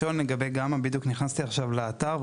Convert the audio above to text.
נכנסתי עכשיו לאתר,